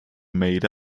made